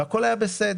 והכול היה בסדר.